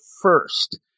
first